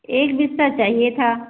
एक बिस्वा चाहिए था